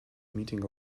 meeting